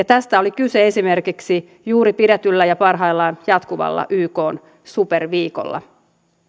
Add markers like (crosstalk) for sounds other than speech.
(unintelligible) tästä oli kyse esimerkiksi juuri pidetyllä ja parhaillaan jatkuvalla ykn superviikolla